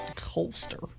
Holster